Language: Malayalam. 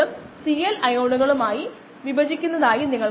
ഈ പോയിൻറുകൾക്ക് യോജിക്കുന്ന മികച്ച ലൈൻ